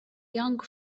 young